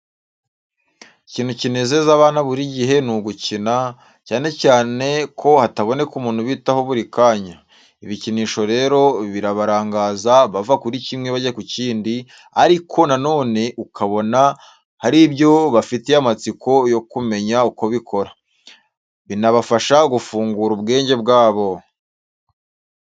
Ikintu kinezeza abana buri gihe ni ugukina, cyane cyane ko hataboneka umuntu ubitaho buri kanya. Ibikinisho rero birabarangaza, bava kuri kimwe bajya ku kindi, ariko na none ukabona hari ibyo bafitiye amatsiko yo kumenya uko bikora. Binabafasha gufungura ubwenge bwabo.